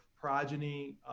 progeny